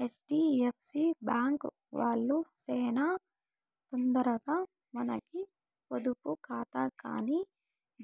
HDFC bank వాల్లు సేనా తొందరగా మనకి పొదుపు కాతా కానీ